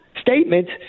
statements